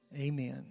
Amen